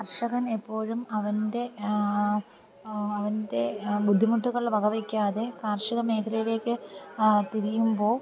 കർഷകൻ എപ്പോഴും അവൻ്റെ അവൻ്റെ ബുന്ധിമുട്ടുകൾ വക വയ്ക്കാതെ കാർഷിക മേഖലയിലേക്ക് തിരിയുമ്പോൾ